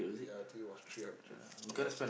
ya ya I think it was three hundred ya